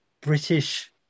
British